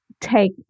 take